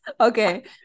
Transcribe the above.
Okay